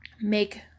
make